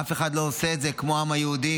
אף אחד לא עושה את זה כמו העם היהודי,